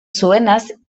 zuenaz